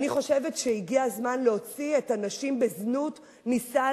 אני חושבת שהגיע הזמן להוציא את הנשים בזנות מסל